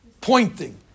pointing